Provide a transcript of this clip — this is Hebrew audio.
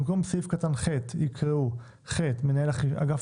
במקום סעיף קטן (ח) יקראו: "(ח) מנהל אגף